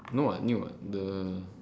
no [what] new [what] the